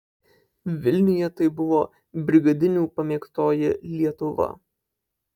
vilniuje tai buvo brigadinių pamėgtoji lietuva